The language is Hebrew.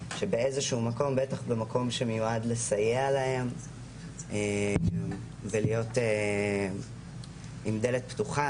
בטח במקום שמיועד לסייע להם ולהיות עם דלת פתוחה,